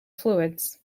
fluids